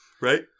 Right